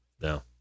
No